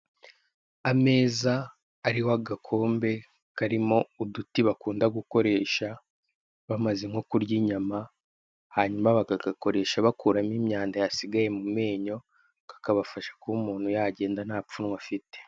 Ameza ariho agakombe karimo uduti bakunda gukoresha bamaze nko kurya inyama, hanyuma bagakoresha bakuramo imyanda yasigaye mu menyo, kakabafasha kuba umuntu yagenda nta pfunwe afite.